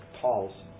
Paul's